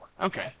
Okay